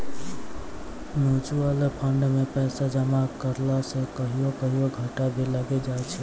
mutual fund मे पैसा जमा करला से कहियो कहियो घाटा भी लागी जाय छै